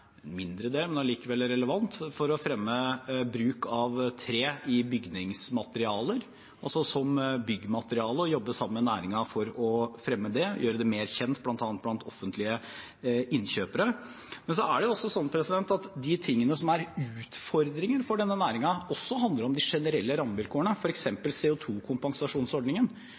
mindre del, men likevel relevant – bruk av tre som byggemateriale og jobber sammen med næringen for å fremme det og gjøre det mer kjent, bl.a. blant offentlige innkjøpere. Det som er utfordringen for denne næringen, handler også om de generelle rammevilkårene. For eksempel er CO 2 -kompensasjonsordningen en generell utfordring for hele det norske næringslivet, selv om